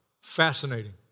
Fascinating